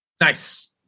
Nice